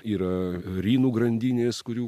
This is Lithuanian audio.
yra rynų grandinės kurių